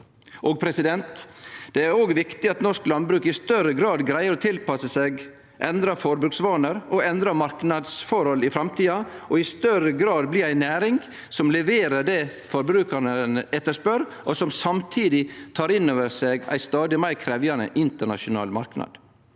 desse måla. Det er òg viktig at norsk landbruk i større grad greier å tilpasse seg endra forbruksvanar og endra marknadsforhold i framtida, og i større grad blir ei næring som leverer det forbrukarane etterspør, og som samtidig tek inn over seg ein stadig meir krevjande internasjonal marknad.